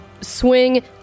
swing